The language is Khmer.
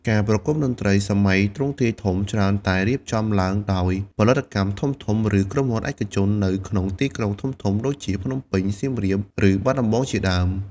ការប្រគំតន្ត្រីសម័យទ្រង់ទ្រាយធំ ច្រើនតែរៀបចំឡើងដោយ ផលិតកម្មធំៗ ឬក្រុមហ៊ុនឯកជន នៅក្នុងទីក្រុងធំៗដូចជាភ្នំពេញ សៀមរាប ឬបាត់ដំបងជាដើម។